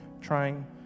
trying